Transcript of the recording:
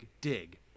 dig